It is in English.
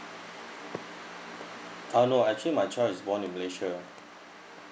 oh no actually my child is born in malaysia